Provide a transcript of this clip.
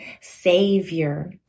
savior